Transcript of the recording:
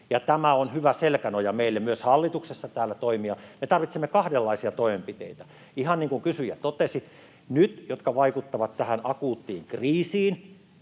tämä on hyvä selkänoja myös meille hallituksessa täällä toimia. Me tarvitsemme kahdenlaisia toimenpiteitä: ihan niin kuin kysyjä totesi, niitä, jotka nyt vaikuttavat tähän akuuttiin kriisiin,